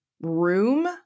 room